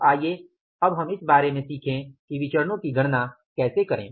तो आइए हम इस बारे में सीखे कि विचरणो की गणना कैसे करें